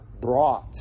brought